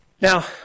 Now